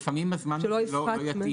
לפעמים הזמן לא יתאים.